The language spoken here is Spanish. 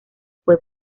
fue